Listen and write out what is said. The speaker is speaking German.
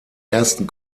ersten